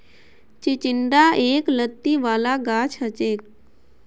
चिचिण्डा एक लत्ती वाला गाछ हछेक